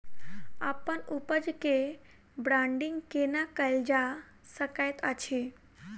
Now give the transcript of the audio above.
अप्पन उपज केँ ब्रांडिंग केना कैल जा सकैत अछि?